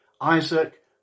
isaac